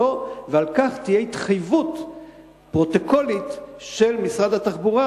ועל כך תהיה התחייבות פרוטוקולית של משרד התחבורה